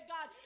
God